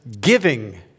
giving